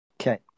Okay